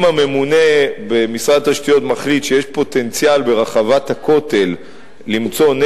אם הממונה במשרד התשתיות מחליט שיש פוטנציאל למצוא ברחבת הכותל נפט,